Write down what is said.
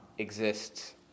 Exists